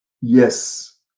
Yes